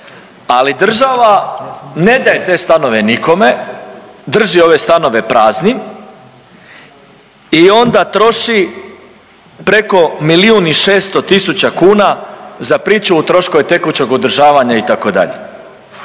ali država ne daje te stanove nikome, drži ove stanove praznim i onda troši preko milijun i 600 tisuća kuna za pričuvu i troškove tekućeg održavanja itd.,